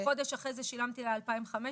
חודש אחרי זה שילמתי לה 2,500,